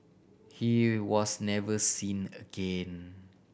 he was never seen again